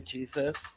Jesus